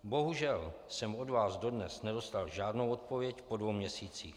Bohužel jsem od vás dodnes nedostal žádnou odpověď po dvou měsících.